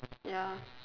ya